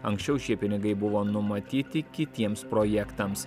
anksčiau šie pinigai buvo numatyti kitiems projektams